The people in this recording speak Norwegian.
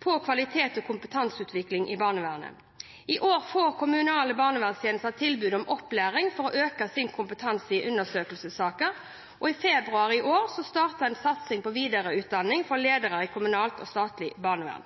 på kvalitets- og kompetanseutvikling i barnevernet. I år får kommunale barnevernstjenester tilbud om opplæring for å øke sin kompetanse i undersøkelsessaker. I februar i år startet en satsing på videreutdanning for ledere i kommunalt og statlig barnevern.